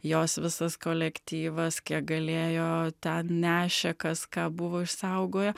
jos visas kolektyvas kiek galėjo ten nešė kas ką buvo išsaugoję